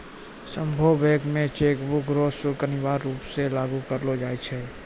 सभ्भे बैंक मे चेकबुक रो शुल्क अनिवार्य रूप से लागू करलो जाय छै